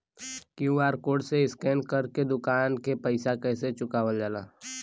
QR code से scan कर के दुकान के पैसा कैसे चुकावल जाला?